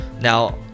now